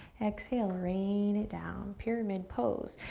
exhale, rain it down. pyramid pose.